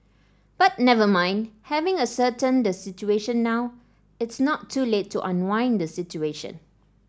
but never mind having ascertained the situation now it's not too late to unwind the situation